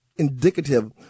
indicative